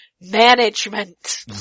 management